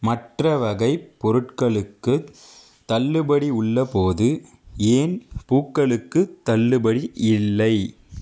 மற்ற வகைப் பொருட்களுக்குத் தள்ளுபடி உள்ளபோது ஏன் பூக்களுக்குத் தள்ளுபடி இல்லை